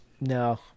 No